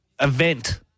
event